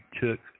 took